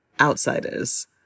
outsiders